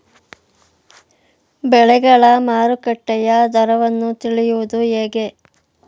ಬೆಳೆಗಳ ಮಾರುಕಟ್ಟೆಯ ದರವನ್ನು ತಿಳಿಯುವುದು ಹೇಗೆ?